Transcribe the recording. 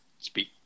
Speak